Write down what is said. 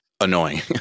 annoying